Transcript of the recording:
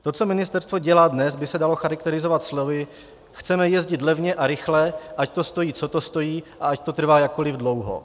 To, co ministerstvo dělá dnes, by se dalo charakterizovat slovy: chceme jezdit levně a rychle, ať to stojí, co to stojí, a ať to trvá jakkoliv dlouho.